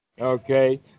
okay